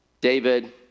David